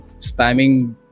spamming